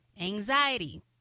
anxiety